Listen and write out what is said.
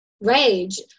rage